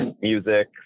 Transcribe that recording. music